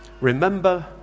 remember